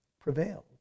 prevailed